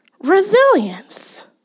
Resilience